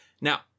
Now